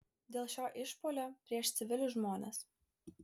dėl šio išpuolio prieš civilius žmones